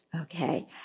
Okay